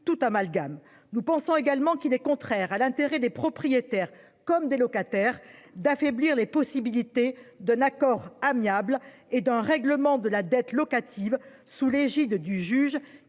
tout amalgame. Nous pensons également qu'il est contraire à l'intérêt des propriétaires, comme des locataires d'affaiblir les possibilités d'un accord amiable et d'un règlement de la dette locative sous l'égide du juge